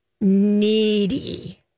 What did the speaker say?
needy